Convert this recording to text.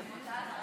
אני מודה לך.